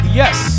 yes